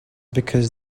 because